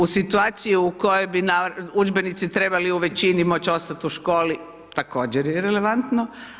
U situaciji u kojoj bi udžbenici trebali u većini moći ostati u školi također je irelevantno.